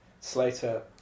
Slater